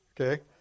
Okay